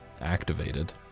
activated